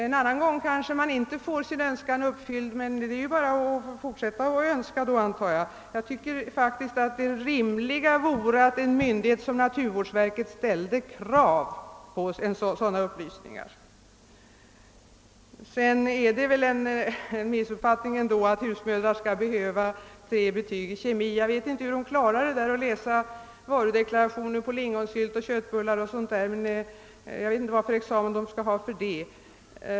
En annan gång kanske man inte får sin önskan uppfylld, men då är det bara att fortsätta att önska, antar jag. Jag tycker faktiskt att det rimliga vore att en myndighet som naturvårdsverket ställde krav på sådana upplysningar. Slutligen är det väl ändå en missuppfattning att husmödrar skall behöva tre betyg i kemi. Jag vet inte vad de skall ha för examen för att kunna läsa varudeklarationer på lingonsylt och köttbullar o.s.v.